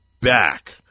back